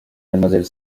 mademoiselle